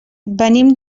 venim